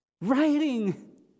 Writing